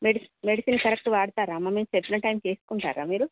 medicine correct వాడతారా అమ్మ మీరు చెప్పిన టైమ్కి వేసుకుంటారా మీరు